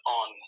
on